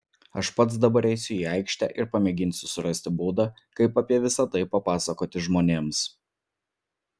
aš pats dabar eisiu į aikštę ir pamėginsiu surasti būdą kaip apie visa tai papasakoti žmonėms